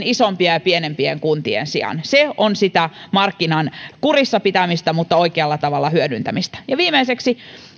isompien ja pienempien kuntien sijaan se on sitä markkinan kurissa pitämistä mutta oikealla tavalla hyödyntämistä viimeiseksi